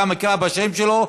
גם אקרא בשם שלו,